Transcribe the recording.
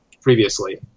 Previously